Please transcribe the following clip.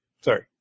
Sorry